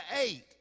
eight